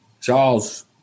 Charles